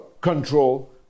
control